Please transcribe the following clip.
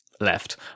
left